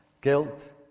Guilt